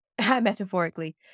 metaphorically